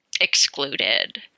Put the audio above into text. excluded